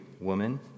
woman